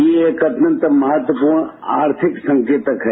ये एक अत्यंत महत्वपूर्ण आर्थिक संकेतक है